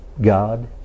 God